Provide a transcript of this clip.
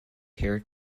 appear